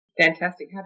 Fantastic